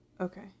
Okay